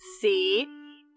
See